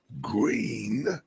green